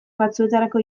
batzuetarako